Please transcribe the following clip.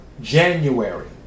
January